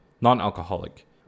non-alcoholic